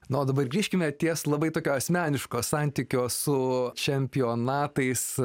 na o dabar grįžkime ties labai tokio asmeniško santykio su čempionatais